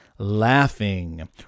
laughing